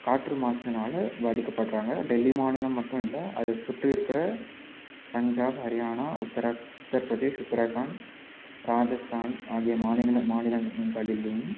காற்று மாசுனால் பாதிக்கப்படுறாங்க டெல்லி மாநிலம் மட்டும் இல்லை அது சுற்றி இருக்கிற பஞ்சாப் ஹரியானா உத்திர உத்திரப்பிரதேஷ் உத்திரகாண்ட் ராஜஸ்தான் ஆகிய மாநில மாநிலங்களிலும்